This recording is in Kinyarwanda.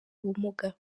bumuga